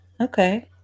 Okay